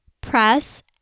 press